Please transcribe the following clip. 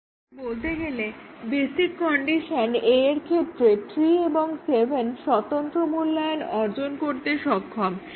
অন্যভাবে বলতে গেলে বেসিক কন্ডিশন A এর ক্ষেত্রে 3 এবং 7 স্বতন্ত্র মূল্যায়ন অর্জন করতে সক্ষম